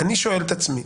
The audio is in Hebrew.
אני שואל את עצמי,